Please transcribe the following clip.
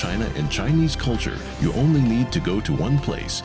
china in chinese culture you only need to go to one place